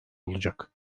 olacak